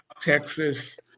Texas